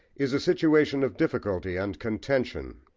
is a situation of difficulty and contention.